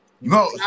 No